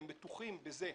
הם משוכנעים,